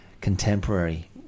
contemporary